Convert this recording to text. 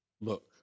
look